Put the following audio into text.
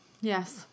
Yes